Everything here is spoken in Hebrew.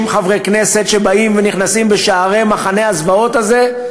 60 חברי כנסת שבאים ונכנסים בשערי מחנה הזוועות הזה,